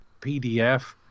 PDF